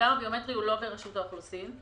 המאגר הביומטרי הוא לא ברשות האוכלוסין.